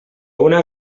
una